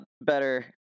better